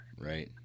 Right